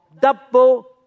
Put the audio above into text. double